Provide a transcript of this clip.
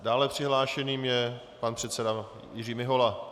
Dále přihlášeným je pan předseda Jiří Mihola.